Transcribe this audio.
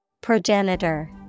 Progenitor